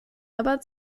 aber